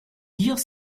dire